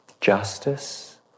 justice